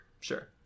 Sure